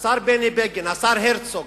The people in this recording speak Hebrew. השר בני בגין, השר הרצוג,